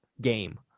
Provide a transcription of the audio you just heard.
game